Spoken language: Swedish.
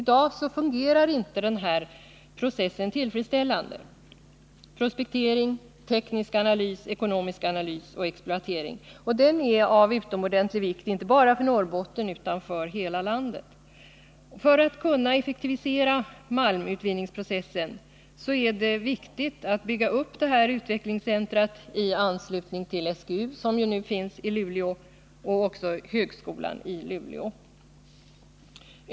I dag fungerar inte den här processen tillfredsställande — det gäller prospektering, teknisk analys, ekonomisk analys, exploatering — och den är dock av utomordentlig vikt inte bara för Norrbotten utan för hela landet. För att kunna effektivisera malmutvinningsprocessen är det viktigt att bygga upp ett sådant här utvecklingscentrum i anslutning till SGU, som ju nu finns i Luleå, och högskolan i Luleå.